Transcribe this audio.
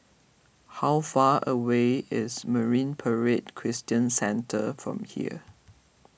how far away is Marine Parade Christian Centre from here